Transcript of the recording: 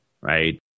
right